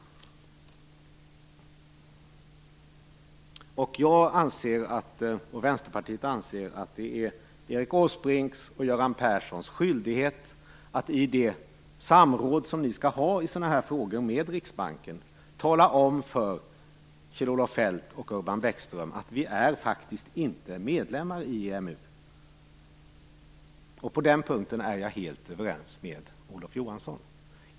Jag och Vänsterpartiet anser att det är Erik Åsbrinks och Göran Perssons skyldighet att i det samråd som ni skall ha i sådana här frågor med Riksbanken tala om för Kjell-Olof Feldt och Urban Bäckström att vi faktiskt inte är medlemmar i EMU. På den punkten är jag helt överens med Olof Johansson.